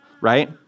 right